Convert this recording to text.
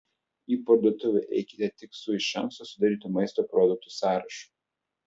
į parduotuvę eikite tik su iš anksto sudarytu maisto produktų sąrašu